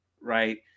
right